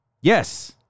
Yes